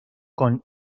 con